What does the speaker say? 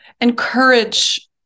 encourage